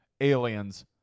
aliens